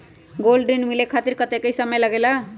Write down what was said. Gold ऋण मिले खातीर कतेइक समय लगेला?